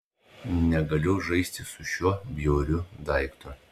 negaliu žaisti su šiuo bjauriu daiktu